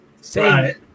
say